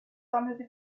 sammelte